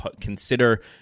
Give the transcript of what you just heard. consider